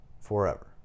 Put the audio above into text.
forever